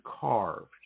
Carved